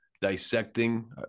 dissecting